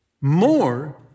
more